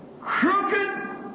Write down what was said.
Crooked